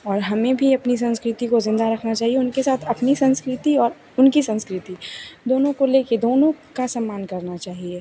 और हमें भी अपनी संस्कृति को ज़िंदा रखना चाहिए उनके साथ अपनी संस्कृति और उनकी संस्कृति दोनों को लेकर दोनों का सम्मान करना चाहिए